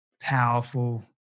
powerful